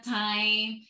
time